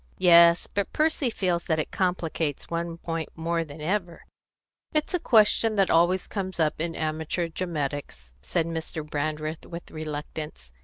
yes, but percy feels that it complicates one point more than ever it's a question that always comes up in amateur dramatics, said mr. brandreth, with reluctance,